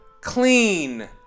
Clean